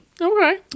okay